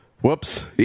whoops